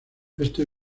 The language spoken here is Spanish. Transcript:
este